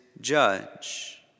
judge